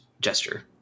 Gesture